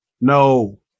No